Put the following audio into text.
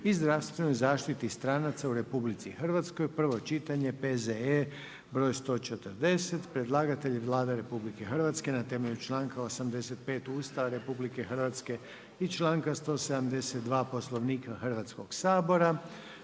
o genetski modificiranim organizmima, prvo čitanje, P.Z.E. br. 152 Predlagatelj je Vlada Republike Hrvatske, na temelju članaka 85. Ustava Republike Hrvatske i članka 172. Poslovnika Hrvatskog sabora.